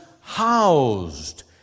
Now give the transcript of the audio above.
housed